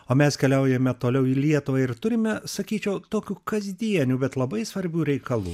o mes keliaujame toliau į lietuvą ir turime sakyčiau tokių kasdienių bet labai svarbių reikalų